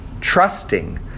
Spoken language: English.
trusting